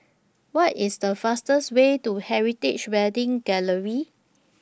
What IS The fastest Way to Heritage Wedding Gallery